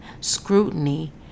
scrutiny